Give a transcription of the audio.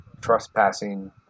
trespassing